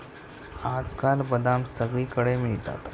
आजकाल बदाम सगळीकडे मिळतात